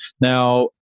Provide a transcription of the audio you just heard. Now